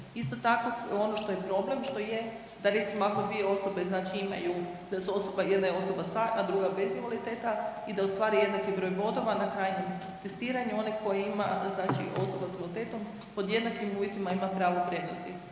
Isto tako ono što je problem što je da recimo ako dvije osobe znači imaju da su osoba, jedna je osoba sa, a druga bez invaliditeta i da ostvari jednaki broj bodova na krajnjem testiranju, oni koji ima znači osoba s invaliditetom pod jednakim uvjetima ima pravo prednosti.